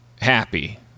Happy